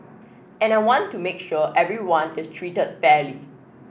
and I want to make sure everyone is treated fairly